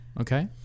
Okay